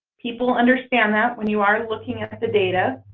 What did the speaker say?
people understand that when you are looking at the data.